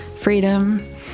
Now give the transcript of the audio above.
freedom